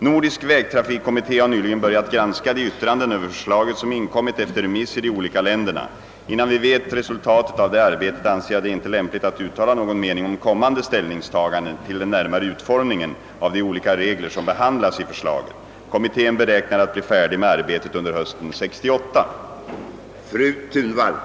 Nordisk vägtrafikkommitté har nyligen börjat granska de yttranden över förslaget som inkommit efter remiss i de olika länderna. Innan vi vet resultatet av det arbetet anser jag det inte lämpligt att uttala någon mening om kommande ställningstaganden till den närmare utformningen av de olika regler som behandlas i förslaget. Kommittén beräknar att bli färdig med arbetet under hösten 1968.